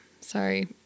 Sorry